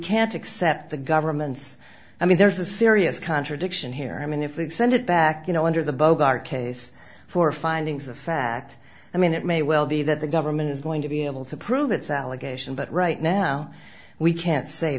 can't accept the government's i mean there's a serious contradiction here i mean if we send it back you know under the bogart case for findings of fact i mean it may well be that the government is going to be able to prove its allegation but right now we can't say